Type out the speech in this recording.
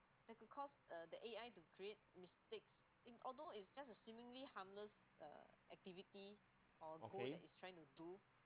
okay